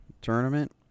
tournament